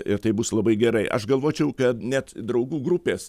ir tai bus labai gerai aš galvočiau kad net draugų grupės